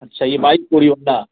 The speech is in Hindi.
अच्छा ये बाइक चोरी वाला